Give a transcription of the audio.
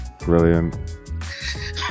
Brilliant